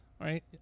right